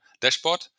dashboard